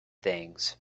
things